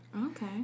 Okay